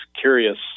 curious